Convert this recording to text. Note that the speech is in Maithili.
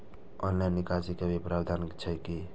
ऑनलाइन निकासी के भी कोनो प्रावधान छै की?